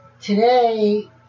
Today